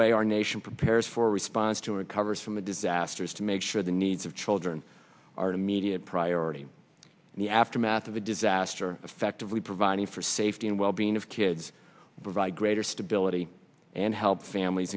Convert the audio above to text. way our nation prepares for response to a coverage from a disaster is to make sure the needs of children are immediate priority in the aftermath of a disaster effectively providing for safety and well being of kids provide greater stability and help families